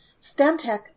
Stantec